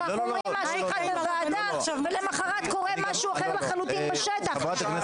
שאנחנו מאשרים בוועדה ולמחרת קורה משהו אחר לחלוטין בשטח.